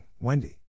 Wendy